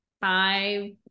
five